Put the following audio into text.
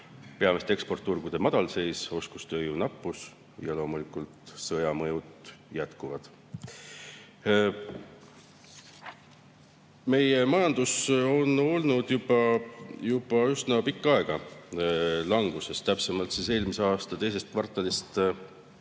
peamiste eksporditurgude madalseis; oskustööjõu nappus ja loomulikult sõjamõjud. Meie majandus on olnud juba üsna pikka aega languses, täpsemalt eelmise aasta teisest kvartalist